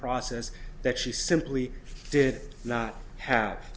process that she simply did not have